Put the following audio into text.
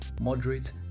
moderate